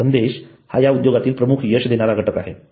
संदेश हा या उद्योगातील प्रमुख यश देणारा घटक आहे